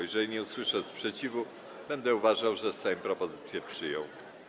Jeżeli nie usłyszę sprzeciwu, będę uważał, że Sejm propozycję przyjął.